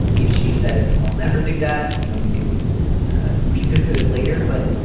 if she says i'll never do that you know you can ah revisit it later but.